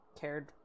cared